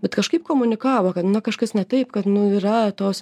bet kažkaip komunikavo kad na kažkas ne taip kad nu yra tos